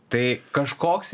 tai kažkoks